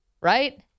right